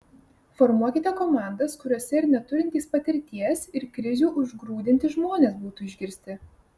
formuokite komandas kuriose ir neturintys patirties ir krizių užgrūdinti žmonės būtų išgirsti